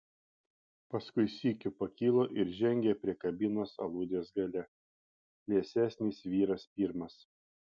paskui sykiu pakilo ir žengė prie kabinos aludės gale liesesnis vyras pirmas